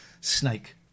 snake